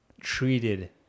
treated